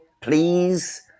please